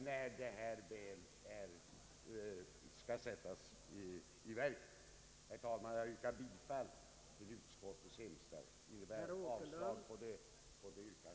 Jag yrkar bifall till utskottets hemställan, vilket innebär avslag på de yrkanden som framställts tidigare under debatten.